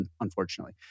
unfortunately